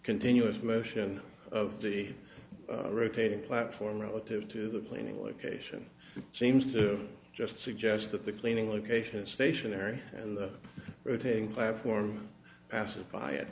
continuous motion of the rotating platform relative to the planing location seems to just suggest that the cleaning location stationary and rotating platform passing by it